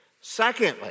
Secondly